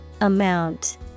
Amount